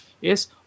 yes